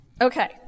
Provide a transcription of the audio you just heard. Okay